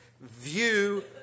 view